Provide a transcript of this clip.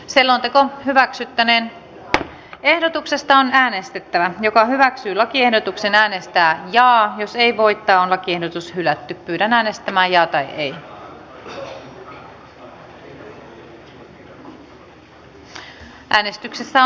selonteko hyväksyttäneen ehdotuksesta on äänestettävä joka hyväksyi lakiehdotuksen äänestää ja jos ei voita on lakiehdotus hylätään